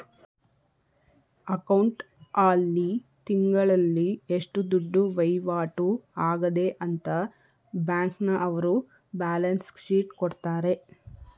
account ಆಲ್ಲಿ ತಿಂಗಳಲ್ಲಿ ಎಷ್ಟು ದುಡ್ಡು ವೈವಾಟು ಆಗದೆ ಅಂತ ಬ್ಯಾಂಕ್ನವರ್ರು ಬ್ಯಾಲನ್ಸ್ ಶೀಟ್ ಕೊಡ್ತಾರೆ